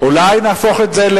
אולי נהפוך את זה,